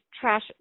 trash